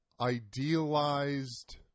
idealized